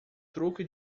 truque